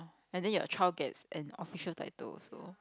and then your child gets an official title also